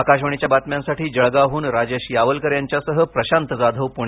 आकाशवाणीच्या बातम्यांसाठी जळगावहून राजेश यावलकर यांच्यासह प्रशांत जाधव पुणे